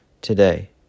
today